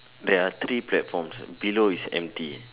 there are three platform below is empty